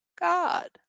God